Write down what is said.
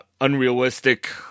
unrealistic